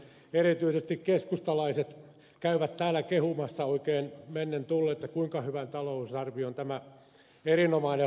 erityisesti keskustalaiset käyvät täällä kehumassa oikein mennen tullen kuinka hyvän talousarvion tämä erinomainen hallitus on laatinut